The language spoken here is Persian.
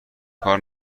کار